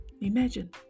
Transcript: Imagine